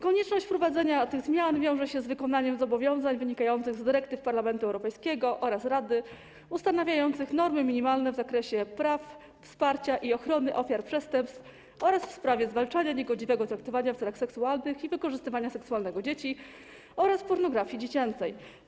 Konieczność wprowadzenia tych zmian wiąże się z wykonaniem zobowiązań wynikających z dyrektyw Parlamentu Europejskiego oraz Rady ustanawiających normy minimalne w zakresie praw, wsparcia i ochrony ofiar przestępstw oraz w sprawie zwalczania niegodziwego traktowania w celach seksualnych i wykorzystywania seksualnego dzieci oraz pornografii dziecięcej.